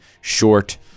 short